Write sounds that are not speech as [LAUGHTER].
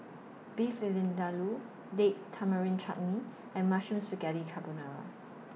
Beef [UNINTELLIGIBLE] Vindaloo Date Tamarind Chutney and Mushroom Spaghetti Carbonara